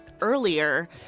earlier